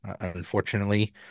unfortunately